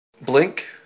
Blink